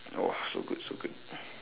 !wah! so good so good